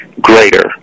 greater